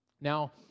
Now